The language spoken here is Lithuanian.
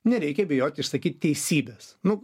nereikia bijoti išsakyt teisybės nu